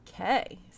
Okay